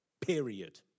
period